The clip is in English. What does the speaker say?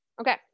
Okay